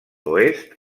oest